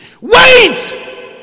Wait